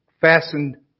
fastened